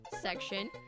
section